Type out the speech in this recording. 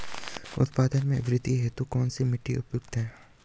उत्पादन में वृद्धि हेतु कौन सी मिट्टी उपयुक्त है?